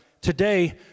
Today